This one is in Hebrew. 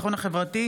על זה מחיתי.